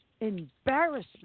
embarrassment